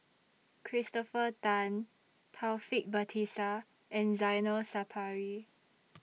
Christopher Tan Taufik Batisah and Zainal Sapari